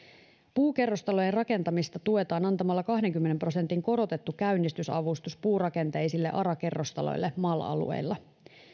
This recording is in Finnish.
puukerrostalojen rakentamista tuetaan antamalla kahdenkymmenen prosentin korotettu käynnistysavustus puurakenteisille ara kerrostaloille mal alueilla